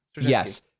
Yes